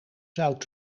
zout